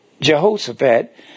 Jehoshaphat